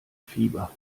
fieber